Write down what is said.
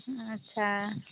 अच्छा